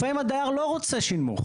לפעמים הדייר לא רוצה שנמוך.